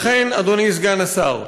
לכן, אדוני סגן השר,